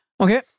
Okay